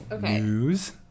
news